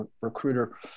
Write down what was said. recruiter